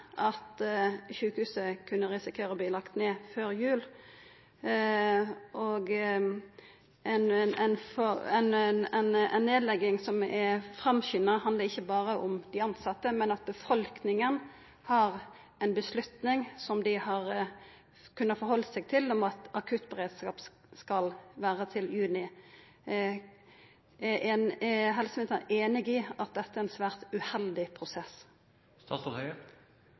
at sjukehuset kunne risikera å verta lagt ned før jul. Ei nedlegging som er framskunda, handlar ikkje berre om dei tilsette, men om at folket har eit vedtak som dei kan retta seg etter, om at akuttberedskapen skal vera der til juni. Er helseministeren einig i at dette er ein svært uheldig prosess?